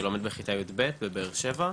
אני לומדת בכיתה י"ב בבאר שבע,